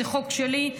זה חוק שלי,